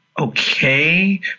okay